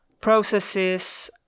processes